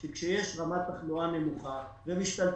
כשיש רמת תחלואה נמוכה ומשתלטים,